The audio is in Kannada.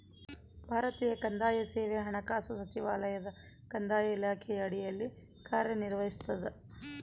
ಭಾರತೀಯ ಕಂದಾಯ ಸೇವೆ ಹಣಕಾಸು ಸಚಿವಾಲಯದ ಕಂದಾಯ ಇಲಾಖೆಯ ಅಡಿಯಲ್ಲಿ ಕಾರ್ಯನಿರ್ವಹಿಸ್ತದ